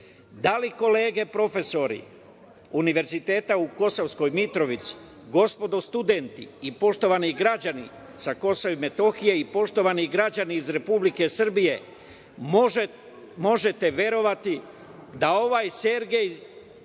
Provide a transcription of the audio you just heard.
li kolege profesori Univerziteta u Kosovskoj Mitrovici, gospodo studenti i poštovani građani sa Kosova i Metohije i poštovani građani Republike Srbije, možete verovati da ovaj Sergej